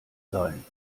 sein